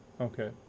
Okay